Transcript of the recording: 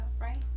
right